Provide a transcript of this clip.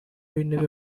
w’intebe